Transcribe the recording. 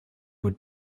would